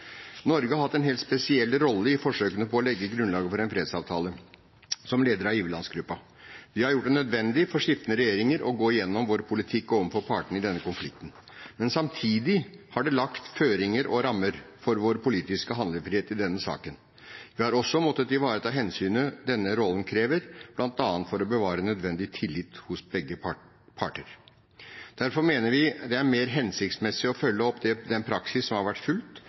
Norge har hatt en helt spesiell rolle i forsøkene på å legge grunnlaget for en fredsavtale som leder av giverlandsgruppen. Det har gjort det nødvendig for skiftende regjeringer å gå gjennom vår politikk overfor partene i denne konflikten. Men samtidig har det lagt føringer og rammer for vår politiske handlefrihet i denne saken. Vi har også måttet ivareta hensynet denne rollen krever, bl.a. for å bevare nødvendig tillit hos begge parter. Derfor mener vi det er mer hensiktsmessig å følge opp den praksis som har vært fulgt,